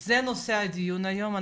זה נושא הדיון היום.